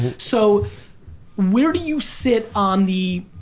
so where do you sit on the